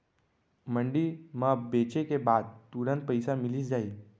मंडी म बेचे के बाद तुरंत पइसा मिलिस जाही?